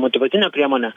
motyvacinę priemonę